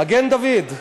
מגן-דוד,